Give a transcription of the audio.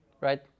Right